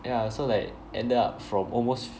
ya so like ended up from almost